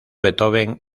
beethoven